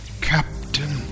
Captain